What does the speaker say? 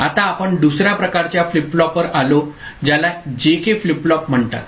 आता आपण दुसर्या प्रकारच्या फ्लिप फ्लॉपवर आलो ज्याला जेके फ्लिप फ्लॉप म्हणतात